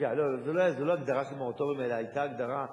רגע, זו לא הגדרה של מורטוריום, אלא היתה הגדרה,